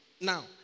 Now